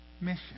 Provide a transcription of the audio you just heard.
mission